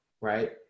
right